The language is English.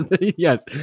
Yes